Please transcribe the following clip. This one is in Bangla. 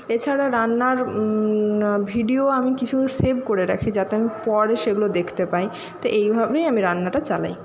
এছাড়া রান্নার ভিডিয়ো আমি কিছু সেভ করে রাখি যাতে আমি পরে সেগুলো দেখতে পাই তো এইভাবেই আমি রান্নাটা চালাই